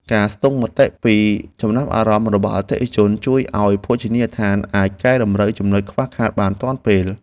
ការស្ទង់មតិពីចំណាប់អារម្មណ៍របស់អតិថិជន ជួយឱ្យភោជនីយដ្ឋានអាចកែតម្រូវចំនុចខ្វះខាតបានទាន់ពេល។